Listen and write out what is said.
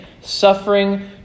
suffering